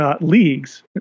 Leagues